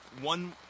One